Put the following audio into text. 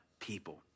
people